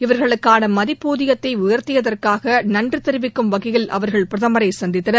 இவா்களுக்கான மதிப்பூதியத்தை உயா்த்தியதற்காக நன்றி தெரிவிக்கும் வகையில் அவா்கள் பிரதமரை சந்தித்தனர்